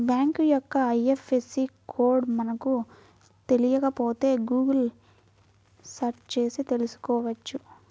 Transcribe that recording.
bank యొక్క IFSC code మనకు తెలియకపోతే గుగుల్ సెర్చ్ చేసి తెల్సుకోవచ్చు